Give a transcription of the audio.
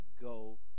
go